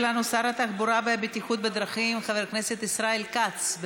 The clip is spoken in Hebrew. שר התחבורה והבטיחות בדרכים חבר הכנסת ישראל כץ.